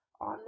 on